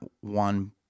one